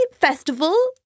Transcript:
festival